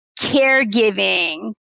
caregiving